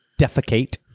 defecate